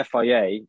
FIA